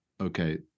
okay